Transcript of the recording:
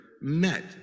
met